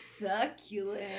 succulent